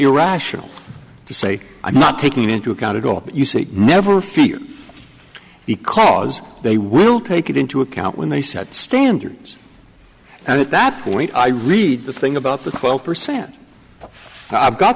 irrational to say i'm not taking into account at all but you say never fear because they will take it into account when they set standards and at that point i read the thing about the quote percent i've got